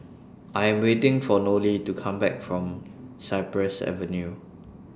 I Am waiting For Nolie to Come Back from Cypress Avenue